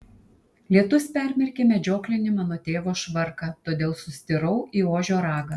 lietus permerkė medžioklinį mano tėvo švarką todėl sustirau į ožio ragą